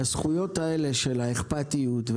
הזכויות האלה של אכפתיות,